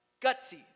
gutsy